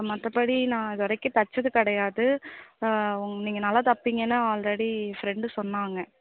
மற்றபடி நான் இது வரைக்கும் தைச்சது கிடையாது நீங்கள் நல்லா தைப்பிங்கன்னு ஆல்ரெடி ஃப்ரெண்டு சொன்னாங்க